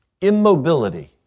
immobility